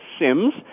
Sims